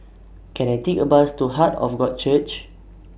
Can I Take A Bus to Heart of God Church